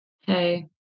Hey